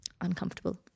uncomfortable